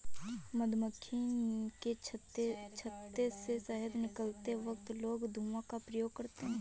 मधुमक्खी के छत्ते से शहद निकलते वक्त लोग धुआं का प्रयोग करते हैं